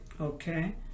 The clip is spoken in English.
Okay